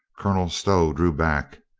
colonel stow drew back.